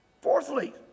Fourthly